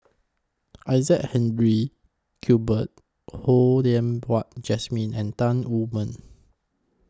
Isaac Henry cuber Ho Yen Wah Jesmine and Tan Wu Meng